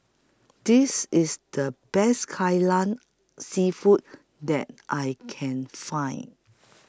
This IS The Best Kai Lan Seafood that I Can Find